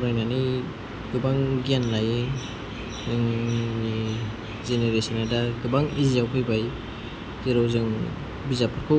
फरायनानै गोबां गियान लायो जोंनि जेनेरेशननि दा गोबां इजिआव फैबाय जेराव जों बिजाबफोरखौ